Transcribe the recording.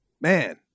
man